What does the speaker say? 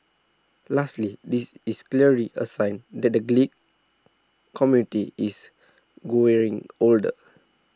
lastly this is clearly a sign that the community is growing older